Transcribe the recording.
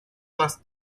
más